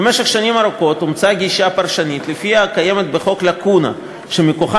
במשך שנים ארוכות אומצה גישה פרשנית שלפיה קיימת בחוק לקונה שמכוחה